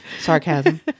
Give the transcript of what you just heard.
Sarcasm